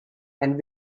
and